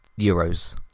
Euros